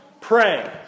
Pray